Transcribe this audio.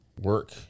work